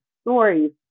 stories